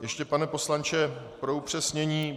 Ještě, pane poslanče, pro upřesnění.